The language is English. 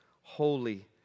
holy